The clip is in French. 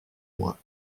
moi